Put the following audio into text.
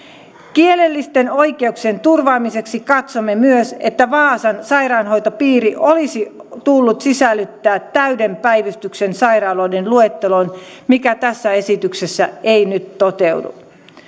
kielellisten oikeuksien turvaamiseksi katsomme myös että vaasan sairaanhoitopiiri olisi tullut sisällyttää täyden päivystyksen sairaaloiden luetteloon mikä tässä esityksessä ei nyt toteudu